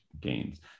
gains